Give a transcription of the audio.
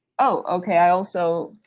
oh, okay. i also,